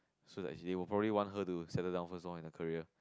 so that they will probably want her to settle down first on the career